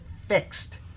fixed